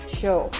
show